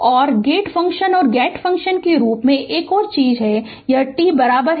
और gate function और gate function के रूप में एक और चीज और यह t 3 पर है